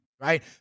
right